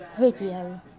video